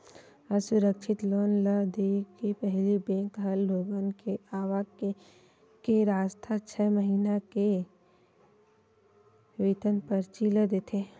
असुरक्छित लोन ल देय के पहिली बेंक ह लोगन के आवक के रस्ता, छै महिना के वेतन परची ल देखथे